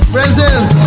Present